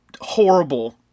horrible